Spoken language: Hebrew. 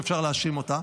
אפשר להאשים אותה,